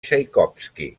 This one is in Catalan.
txaikovski